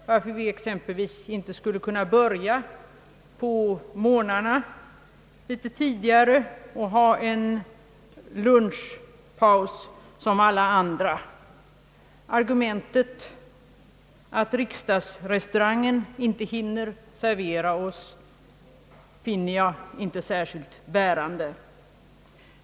Varför skulle vi exempelvis inte kunna börja litet tidigare på morgnarna och ha en lunchpaus som alla andra? Att riksdagsrestaurangen inte hinner servera oss alla finner jag inte särskilt bärande som motargument.